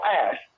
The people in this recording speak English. ass